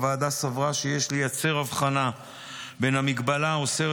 הוועדה סברה שיש לייצר הבחנה בין המגבלה האוסרת